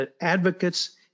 advocates